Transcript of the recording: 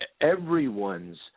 Everyone's